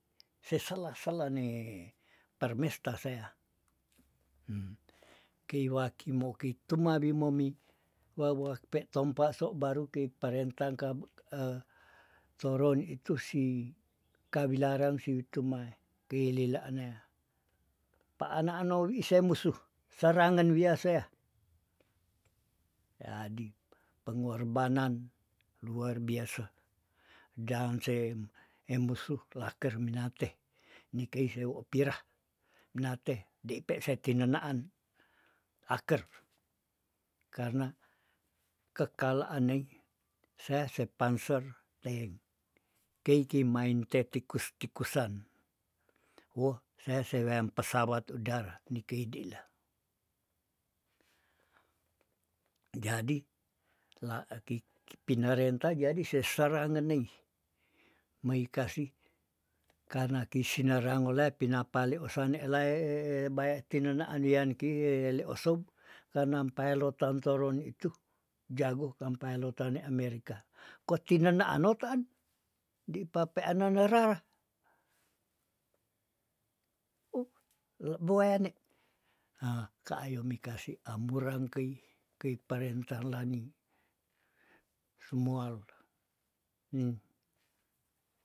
Se sela- sela ne permesta sea hem kei waki mokei tuma wimomi wawokpe tompaso baru kei parentangka toron itu si kawilarang si witumae kei lilanea pa ananou wi se musuh sarangen wia seah yadip pengorbanan luar biasa dan sem emusuh laker minate nikei sewo pirah nate dei pe setinenaan aker karna kekala anei sea sepanser teyeng, keike main te tikus- tikusan, woh sease weam pesawat udara nikei dela, jadi la akik kipinarenta jadi se sarangenei mei kasi kana kei sina rangola pinapale osane lae ee baya tinena andian kie leosob kana ampaelot tantoron itu jago tampaelot tane amerika koti nena ano taan di pape anen nerara, oh le boane hah ka ayo mikasi amurang kei- kei parentalangi sumoal heh.